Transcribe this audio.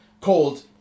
called